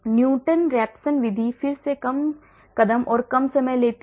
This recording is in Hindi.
न्यूटन रैपसन विधि फिर से कम कदम और कम समय लेती है